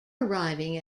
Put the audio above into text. arriving